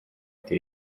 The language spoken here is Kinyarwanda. ati